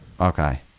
Okay